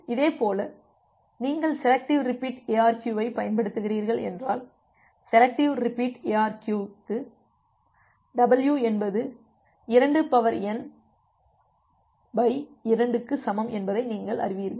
இதேபோல் நீங்கள் selective repeat எஅர்கியுஐ பயன்படுத்துகிறீர்கள் என்றால் செலெக்டிவ் ரிப்பீட் எஅர்கியு க்கு w என்பது 2n 2 க்கு சமம் என்பதை நீங்கள் அறிவீர்கள்